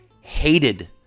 hated